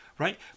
Right